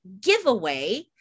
giveaway